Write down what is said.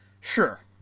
Sure